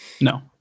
No